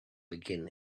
begin